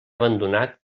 abandonat